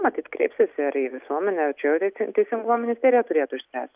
matyt kreipsis ir į visuomenę čia jau reisi teisingumo ministerija turėtų išspręst